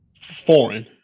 foreign